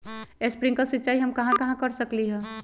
Sprinkle सिंचाई हम कहाँ कहाँ कर सकली ह?